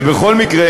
ובכל מקרה,